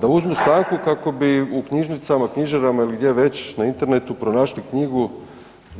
Da uzmu stanku kako bi u knjižnicama, knjižarama ili gdje već na internetu pronašli knjigu